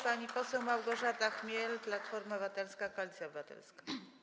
Pani poseł Małgorzata Chmiel, Platforma Obywatelska - Koalicja Obywatelska.